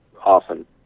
often